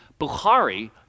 Bukhari